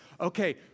Okay